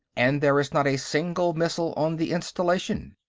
and there is not a single missile on the installation.